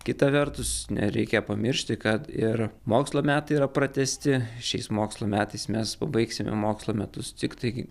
kita vertus nereikia pamiršti kad ir mokslo metai yra pratęsti šiais mokslo metais mes pabaigsime mokslo metus tiktai